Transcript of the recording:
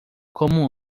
como